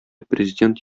президент